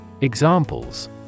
Examples